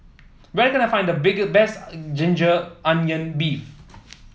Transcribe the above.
where can I find the big best ginger onion beef